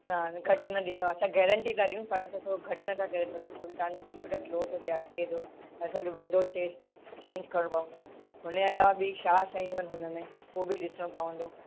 न हाणे घटि न ॾिजो असां गैरंटी था ॾियूं पर असां थोरो घटि नथा करे सघूं छो की तव्हां जो कंप्यूटर स्लो थो थिए अटिके थो त असां विंडो चेछ चेंज करिणो पवंदो उनजे अलावा ॿी छा शयूं आहिनि उन में उहो बि ॾिसिणो पवंदो